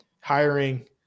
hiring